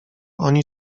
oni